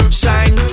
shine